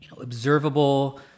observable